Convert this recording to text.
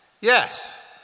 yes